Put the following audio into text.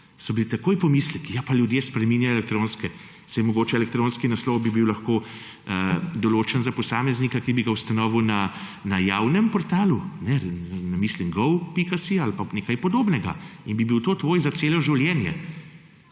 so bili takoj pomisleki, češ, ljudje spreminjajo elektronske naslove. Mogoče bi bil elektronski naslov lahko določen za posameznika, ki bi ga ustanovil na javnem portalu, gov.si ali pa nekaj podobnega, in bi bil naslov za celo življenje.